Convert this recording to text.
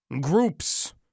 Groups